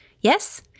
Yes